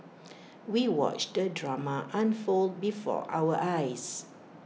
we watched the drama unfold before our eyes